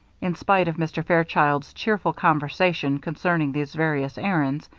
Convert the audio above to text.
in spite of mr. fairchild's cheerful conversation concerning these various errands,